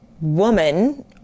woman